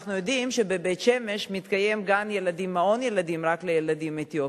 אנחנו יודעים שבבית-שמש מתקיים מעון ילדים רק לילדים אתיופים.